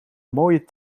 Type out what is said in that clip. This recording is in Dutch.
mooie